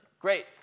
Great